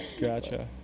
Gotcha